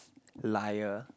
liar